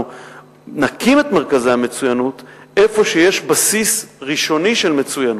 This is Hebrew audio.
אנחנו נקים את מרכזי המצוינות איפה שיש בסיס ראשוני של מצוינות.